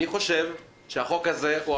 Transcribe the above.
אני חושב שהחוק בעניין דמי אבטלה לעצמאים